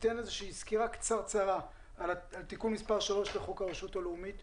תיתן איזושהי סקירה קצרצרה על תיקון מס' 3 לחוק הרשות הלאומית,